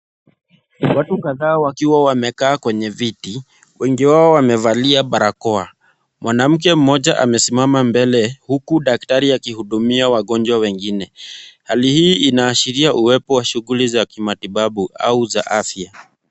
Watu kadhaa wakiwa wamekaa kwenye viti, wengi wao wamevalia barakoa. Mwanamke mmoja amesimama mbele huku daktari akihudumia wagonjwa wengine. Hali hii inaashiria uwepo wa shughuli za kimatibabu au za kiafya.